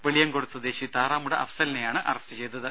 വെളിയംകോട് സ്വദേശി താറാമുട അഫ്സലിനെയാണ് അറസ്റ്റ് ചെയ്തത്